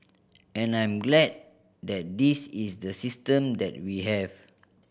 and I'm glad that this is the system that we have